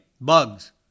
bugs